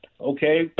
okay